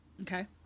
Okay